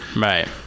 Right